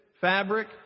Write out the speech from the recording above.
fabric